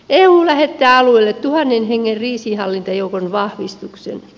eu lähettää alueelle tuhannen hengen kriisinhallintajoukon vahvistuksen